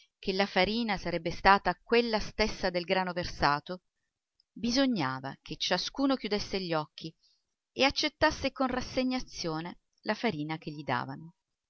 che la farina sarebbe stata quella stessa del grano versato bisognava che ciascuno chiudesse gli occhi e accettasse con rassegnazione la farina che gli davano